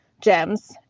gems